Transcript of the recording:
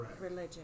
religion